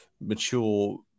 mature